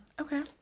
okay